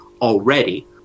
already